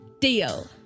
deal